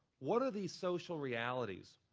what are these social realities,